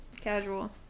Casual